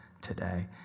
today